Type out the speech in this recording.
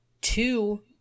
Two